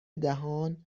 دهان